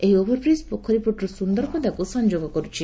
ଏହି ଓଭରବ୍ରିଜ୍ ପୋଖରୀପୁଟରୁ ସ୍ରନ୍ଦରପଦାକ ସଂଯୋଗ କର୍ତଛି